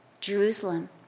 Jerusalem